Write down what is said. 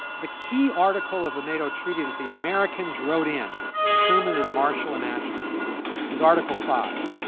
the key article of the nato treaty that the americans wrote in truman and marshall and acheson is article five.